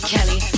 Kelly